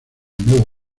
nuevo